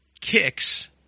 Kicks